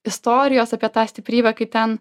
istorijos apie tą stiprybę kaip ten